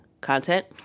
content